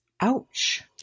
Ouch